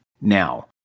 Now